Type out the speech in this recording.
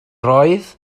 roedd